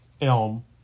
elm